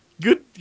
Good